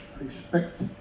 respect